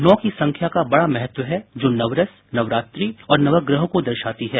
नौ की संख्या का बड़ा महत्व है जो नवरस नवरात्रि और नवग्रहों को भी दर्शाती है